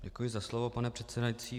Děkuji za slovo, pane předsedající.